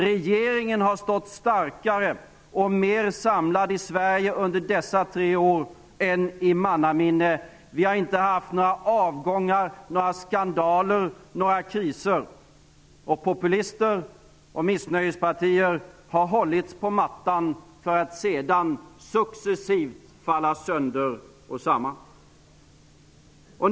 Regeringen i Sverige har stått starkare och mer samlad under dessa tre år än någon regering i mannaminne. Vi har inte haft några avgångar, några skandaler eller några kriser. Populister och missnöjespartier har hållits på mattan för att sedan successivt falla sönder och samman.